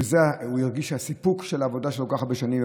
הוא הרגיש סיפוק על העבודה שלו כל כך הרבה שנים.